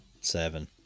seven